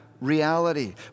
reality